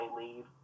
leave